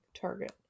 Target